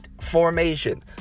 formation